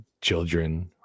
children